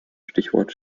stichwort